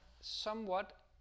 somewhat